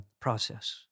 process